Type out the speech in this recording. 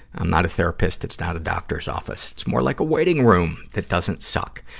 i'm not a therapist. it's not a doctor's office. it's more like a waiting room that doesn't suck.